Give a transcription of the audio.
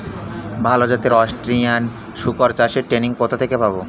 ভালো জাতে অস্ট্রেলিয়ান শুকর চাষের ট্রেনিং কোথা থেকে পাব?